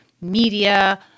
media